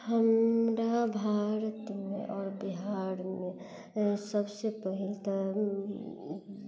हमरा भारतमे आओर बिहारमे सभसे पहिल तऽ